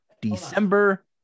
december